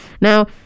Now